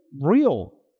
real